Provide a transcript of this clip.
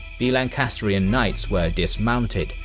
the lancastrian knights were dismounted,